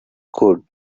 good